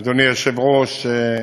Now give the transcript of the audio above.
אדוני היושב-ראש,